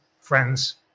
friends